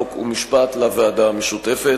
חוק ומשפט לוועדה המשותפת.